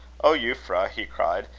oh, euphra! he cried,